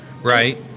Right